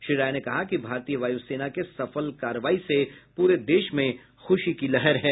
श्री राय ने कहा कि भारतीय वायु सेना के सफल कार्रवाई से पूरे देश में खुशी की लहर है